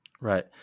Right